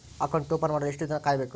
Account open ಮಾಡಲು ಎಷ್ಟು ದಿನ ಕಾಯಬೇಕು?